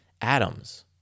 atoms